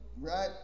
right